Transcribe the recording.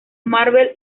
marvel